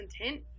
intent